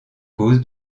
cause